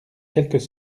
quelques